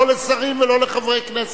לא לשרים ולא לחברי הכנסת.